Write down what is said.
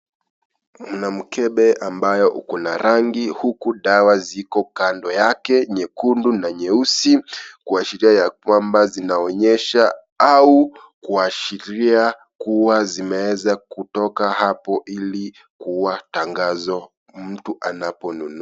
Mna mkebe ambao uko na rangi huku dawa ziko kando yake, nyekundu na nyeusi, kuashiria ya kwamba zinaonyesha au kuashiria kuwa zimeeza kutoka hapo ili kuwa tangazo mtu anapo nunua.